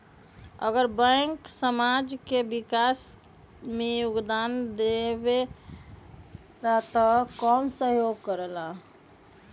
अगर बैंक समाज के विकास मे योगदान देबले त कबन सहयोग करल?